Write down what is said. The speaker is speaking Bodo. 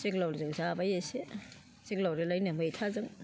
जोग्लावरिजों जाबाय इसे जोग्लावरिलायनो मैथाजों